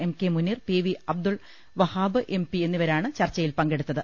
M K Muneer P V Abdul Wahab M P എന്നിവരാണ് ചർച്ച യിൽ പങ്കെടുത്തത്